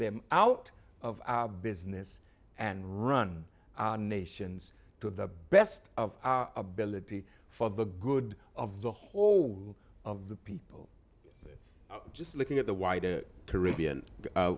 them out of our business and run our nations to the best of our ability for the good of the whole of the people just looking at the wider caribbean